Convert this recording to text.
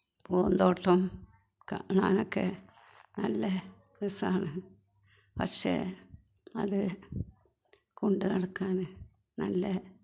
പൂന്തോട്ടം കാണാനൊക്കെ നല്ല രസമാണ് പക്ഷെ അത് കൊണ്ടുനടക്കാൻ നല്ല